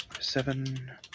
Seven